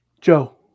Joe